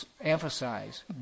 emphasize